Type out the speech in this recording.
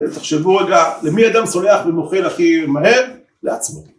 תחשבו רגע: למי אדם סולח ומוחל הכי מהר? לעצמו.